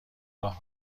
راه